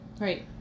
Right